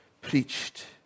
preached